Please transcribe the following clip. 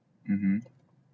mmhmm